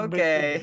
Okay